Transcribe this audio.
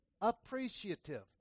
appreciative